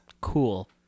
Cool